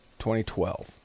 2012